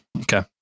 Okay